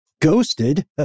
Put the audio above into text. Ghosted